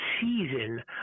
season